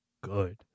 good